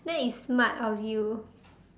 that is smart of you